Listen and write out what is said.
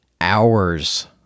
hours